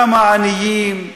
גם העניים,